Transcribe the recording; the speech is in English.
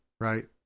right